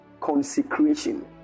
consecration